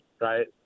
Right